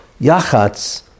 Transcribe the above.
Yachatz